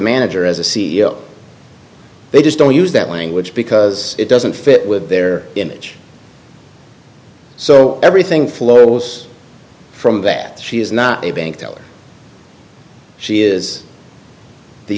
manager as a c e o they just don't use that language because it doesn't fit with their image so everything flows from that she is not a bank teller she is the